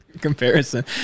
comparison